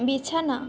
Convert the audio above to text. বিছানা